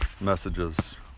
messages